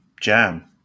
jam